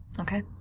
Okay